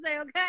okay